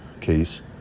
case